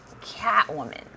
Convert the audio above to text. Catwoman